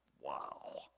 Wow